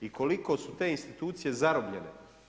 I koliko su te institucije zarobljene.